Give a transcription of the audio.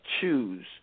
choose